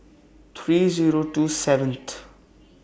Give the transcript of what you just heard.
three Zero two seventh